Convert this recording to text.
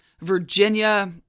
Virginia